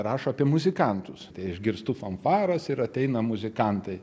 rašo apie muzikantus tai išgirstu fanfaras ir ateina muzikantai